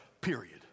period